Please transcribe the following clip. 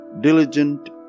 Diligent